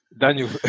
Daniel